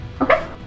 Okay